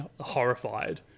horrified